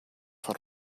for